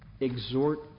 exhort